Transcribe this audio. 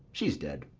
she's dead.